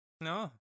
No